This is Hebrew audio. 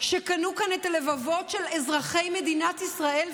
שקנו כאן את הלבבות של אזרחי מדינת ישראל,